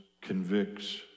convicts